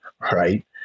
Right